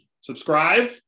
Subscribe